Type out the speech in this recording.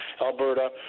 Alberta